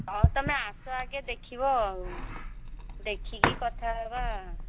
ହଉ ତୁମେ ଆସ ଆଜ୍ଞା ଦେଖିବ ଆଉ ଦେଖିକି କଥା ହେବା